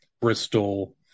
Bristol